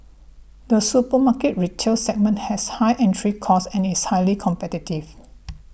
the supermarket retail segment has high entry costs and is highly competitive